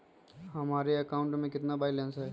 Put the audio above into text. हमारे अकाउंट में कितना बैलेंस है?